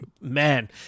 Man